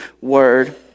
word